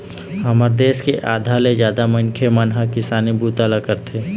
हमर देश के आधा ले जादा मनखे मन ह किसानी बूता ल करथे